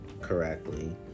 correctly